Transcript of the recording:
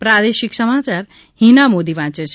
પ્રાદેશિક સમાચાર હિના મોદી વાંચે છે